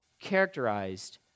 characterized